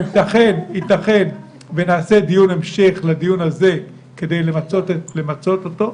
יתכן שנעשה דיון המשך לדיון הזה כדי למצות אותו.